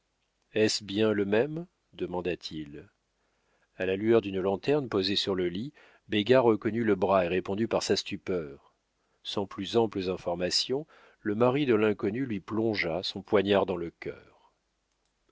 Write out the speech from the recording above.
est-ce bien le même demanda-t-il a la lueur d'une lanterne posée sur le lit béga reconnut le bras et répondit par sa stupeur sans plus amples informations le mari de l'inconnue lui plongea son poignard dans le cœur